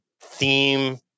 theme